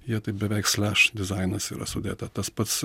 jie taip beveik sliaš dizainas yra sudėta tas pats